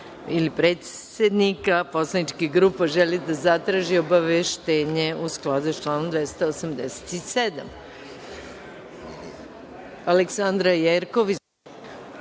ili predsednika poslaničkih grupa želi da zatraži obaveštenje u skladu sa članom 287?Aleksandra Jerkov.